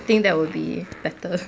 I think that will be better